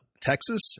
Texas